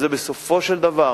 בסופו של דבר